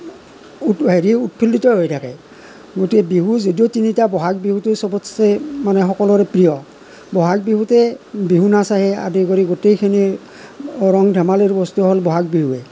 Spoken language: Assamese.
হেৰি উৎফুল্লিত হৈ থাকে গতিকে বিহু যদিও তিনিটা বহাগ বিহুটো চবতছে মানে সকলোৰে প্ৰিয় বহাগ বিহুতে বিহু নাচ আহে আদি কৰি গোটেইখিনি ৰং ধেমালিৰ বস্তু হ'ল বহাগ বিহুৱেই